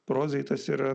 prozai tas yra